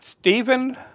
Stephen